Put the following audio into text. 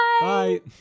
Bye